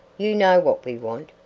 you know what we want.